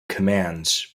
commands